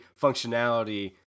functionality